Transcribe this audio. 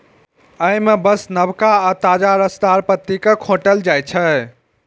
अय मे बस नवका आ ताजा रसदार पत्ती कें खोंटल जाइ छै